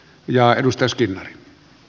arvoisa puhemies